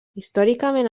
històricament